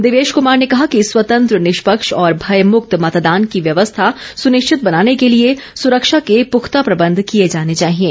देवेश कुमार ने कहा कि स्वतंत्र निष्पक्ष और भयमुक्त मतदान की व्यवस्था सुनिश्चित बनाने के लिए सुरक्षा के पुख्ता प्रबंध किए जाने चाहिएं